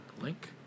link